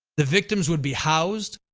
the victims would be housed,